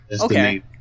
Okay